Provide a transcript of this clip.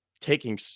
taking